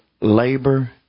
labor